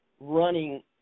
Running